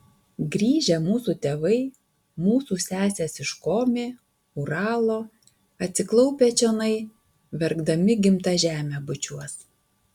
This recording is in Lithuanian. grįžę mūsų tėvai mūsų sesės iš komi uralo atsiklaupę čionai verkdami gimtą žemę bučiuos